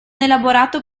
elaborato